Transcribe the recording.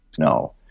No